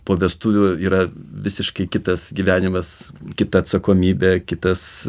po vestuvių yra visiškai kitas gyvenimas kita atsakomybė kitas